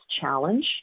challenge